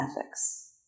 ethics